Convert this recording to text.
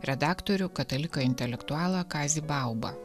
redaktorių kataliką intelektualą kazį baubą